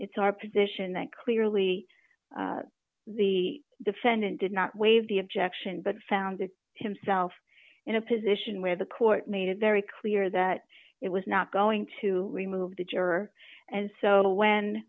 it's our position that clearly the defendant did not waive the objection but found himself in a position where the court made it very clear that it was not going to remove the juror and so when